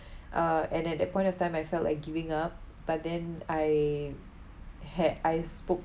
uh and at that point of time I felt like giving up but then I had I spoke